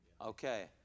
Okay